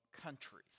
countries